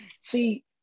See